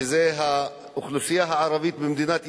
שזאת האוכלוסייה הערבית במדינת ישראל,